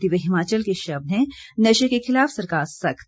दिव्य हिमाचल के शब्द हैं नशे के खिलाफ सरकार सख्त